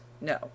No